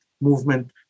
movement